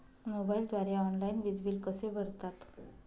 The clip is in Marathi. मोबाईलद्वारे ऑनलाईन वीज बिल कसे भरतात?